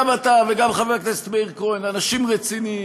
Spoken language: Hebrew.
גם אתה וגם חבר הכנסת מאיר כהן אנשים רציניים,